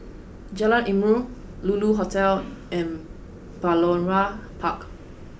Jalan Ilmu Lulu Hotel and Balmoral Park